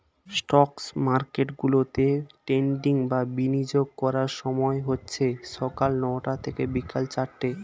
stock মার্কেটগুলোতে trading বা বিনিয়োগ করার সময় হচ্ছে সকাল নয়টা থেকে বিকেল চারটে